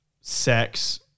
sex